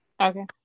Okay